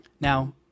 now